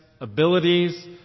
abilities